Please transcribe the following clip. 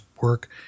work